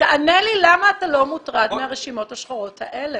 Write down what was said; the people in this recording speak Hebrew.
תענה לי למה אתה לא מוטרד מהרשימות השחורות האלה.